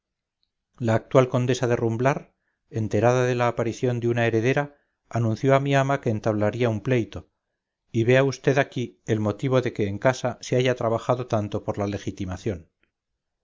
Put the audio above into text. la actual condesa de rumblar enterada de la aparición de una heredera anunció a mi ama que entablaría un pleito y vea vd aquí el motivo de que en casa se haya trabajado tanto por la legitimación